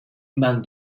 among